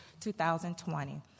2020